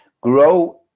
grow